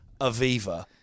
Aviva